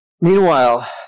meanwhile